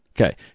Okay